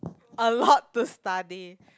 a lot to study